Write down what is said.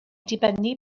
dibynnu